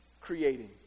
creating